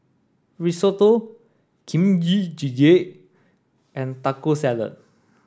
Risotto Kimchi Jjigae and Taco Salad